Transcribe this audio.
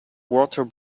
water